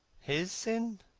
his sin?